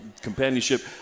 companionship